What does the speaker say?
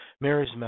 Mary's